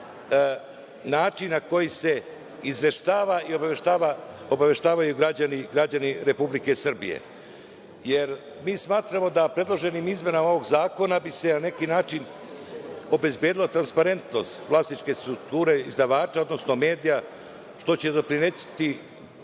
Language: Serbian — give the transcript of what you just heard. način na koji se izveštavaju i obaveštavaju građani Republike Srbije, jer mi smatramo da predloženim izmenama ovog zakona bi se na neki način obezbedila transparentnost vlasničke strukture izdavača odnosno medija, što će doprineti